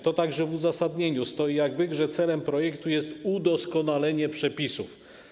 To także w uzasadnieniu stoi jak byk, że celem projektu jest udoskonalenie przepisów.